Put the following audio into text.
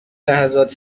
لحظات